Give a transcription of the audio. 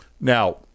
Now